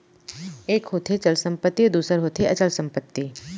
एक होथे चल संपत्ति अउ दूसर होथे अचल संपत्ति